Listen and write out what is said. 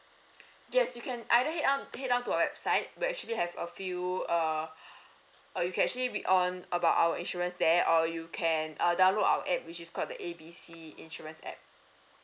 yes you can either head on head on to our website we actually have a few err uh you can actually read on about our insurance there or you can uh download our app which is called the A B C insurance app